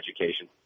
education